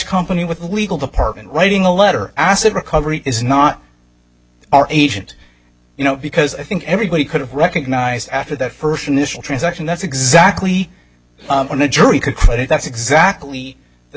company with legal department writing a letter asset recovery is not our agent you know because i think everybody could have recognized after the first initial transaction that's exactly when the jury could put it that's exactly the